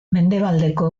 mendebaldeko